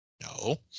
No